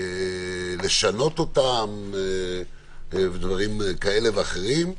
לשנות אותן ודברים כאלה ואחרים,